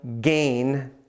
gain